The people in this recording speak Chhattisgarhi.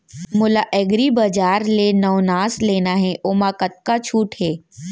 मोला एग्रीबजार ले नवनास लेना हे ओमा कतका छूट हे?